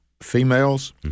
females